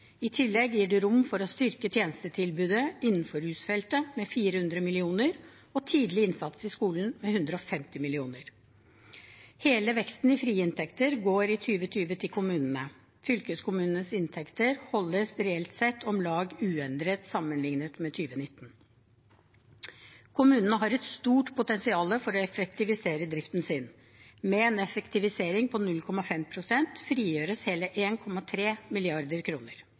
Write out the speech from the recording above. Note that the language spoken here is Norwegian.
i tillegg gir det rom for å styrke tjenestetilbudet innenfor rusfeltet med 400 mill. kr og tidlig innsats i skolen med 150 mill. kr. Hele veksten i frie inntekter går i 2020 til kommunene. Fylkeskommunenes inntekter holdes reelt sett om lag uendret sammenliknet med 2019. Kommunene har et stort potensial for å effektivisere driften sin. Med en effektivisering på 0,5 pst. frigjøres hele